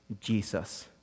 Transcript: jesus